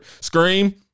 Scream